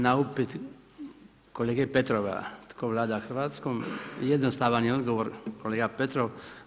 Na upit kolege Petrova tko vlada Hrvatskom, jednostavan je odgovor kolega Petrov.